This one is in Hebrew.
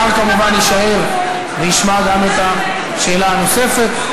השר כמובן יישאר וישמע גם את השאלה הנוספת.